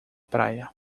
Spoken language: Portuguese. praia